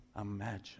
imagine